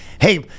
hey